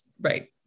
right